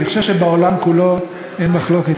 אני חושב שבעולם כולו אין מחלוקת,